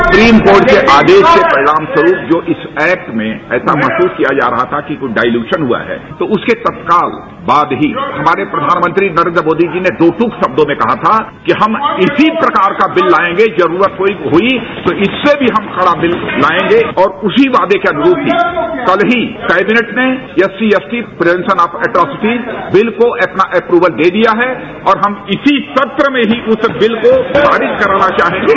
supreme court के आदेश के परिणाम स्वरूप जो इस एक्ट में ऐसा महसूस किया जा रहा था कि कुछ डाइल्यूशन हुआ है तो उसके तत्काल बाद ही हमारे प्रधानमंत्री नरेन्द्र मोदी जी ने दो टूक शब्दों में कहा था कि हम इसी प्रकार का बिल लायेंगे जरूरत हुई तो इससे भी हम कड़ा बिल लायेंगे और उसी वायदे के अनुरूप ही कल ही कैबिनेट ने SC ST prevention of अटोप्सी bill को अपना अप्रूवल दे दिया है और हम इसी सत्र में ही उस बिल का पारित कराना चाहें गे